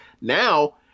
Now